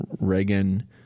Reagan